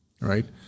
right